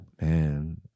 Man